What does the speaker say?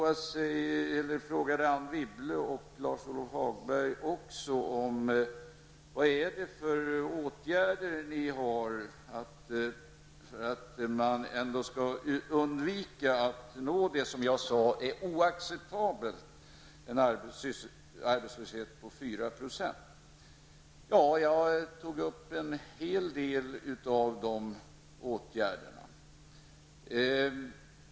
Anne Wibble och Lars-Ove Hagberg frågade vilka åtgärder vi vill vidta för att undvika det jag sade var oacceptabelt, en arbetslöshet på 4 %. Jag nämnde en hel del åtgärder.